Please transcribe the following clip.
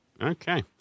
Okay